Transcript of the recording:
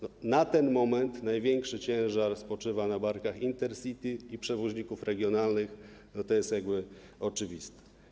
Na ten moment największy ciężar spoczywa na barkach Intercity i przewoźników regionalnych, to jest oczywiste.